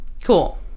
Cool